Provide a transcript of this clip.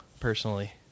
personally